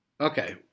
okay